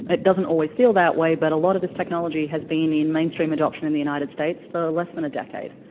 it doesn't always feel that way, but a lot of this technology has been in mainstream adoption in the united states for less than a decade.